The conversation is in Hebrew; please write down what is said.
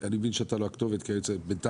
אני מבין שאתה לא הכתובת כי בינתיים